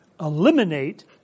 eliminate